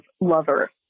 lover